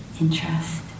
interest